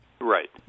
Right